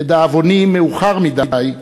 לדאבוני, מאוחר מדי,